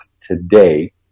today